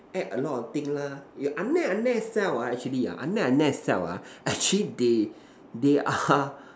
add a lot of thing lah you an leh an leh sell ah actually yeah an leh an leh sell ah actually they they are